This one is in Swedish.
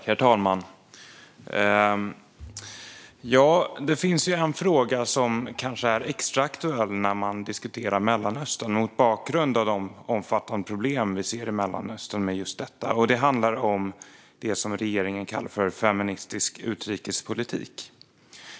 Herr talman! En fråga är kanske extra aktuell när man diskuterar Mellanöstern och de omfattande problem som vi ser där. Det handlar om det som regeringen kallar feministisk utrikespolitik.